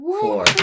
Four